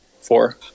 Four